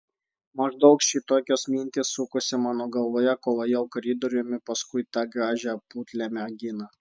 maždaug šitokios mintys sukosi mano galvoje kol ėjau koridoriumi paskui tą gražią putlią merginą